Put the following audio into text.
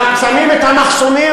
על-פי איזה חוק שמים את המחסומים